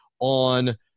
on